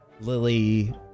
Lily